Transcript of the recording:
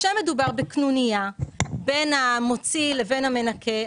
כאשר מדובר בקנוניה בין המוציא לבין המנכה,